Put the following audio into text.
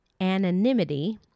anonymity –